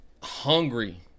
hungry